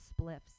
spliffs